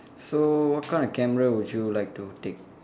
so what kind of camera would you like to take